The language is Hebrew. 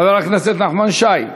חבר הכנסת נחמן שי?